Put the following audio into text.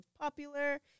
popular